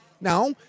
Now